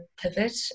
pivot